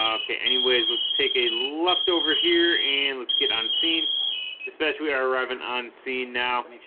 um okay anyways let's take a left over here and let's get unseen especially i arrived an ah unseen now